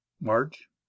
march